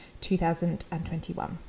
2021